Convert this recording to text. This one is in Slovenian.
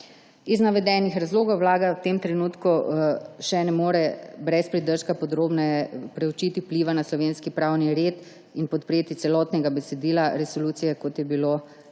Iz navedenih razlogov Vlada v tem trenutku še ne more brez pridržka podrobneje preučiti vpliva na slovenski pravni red in podpreti celotnega besedila resolucije, kot je bilo predlagano.